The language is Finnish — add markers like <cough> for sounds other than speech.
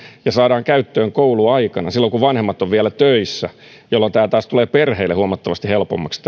ja saadaan käyttöön kouluaikana silloin kun vanhemmat ovat vielä töissä jolloin harrastaminen ja sen ylläpitäminen taas tulee perheille huomattavasti helpommaksi <unintelligible>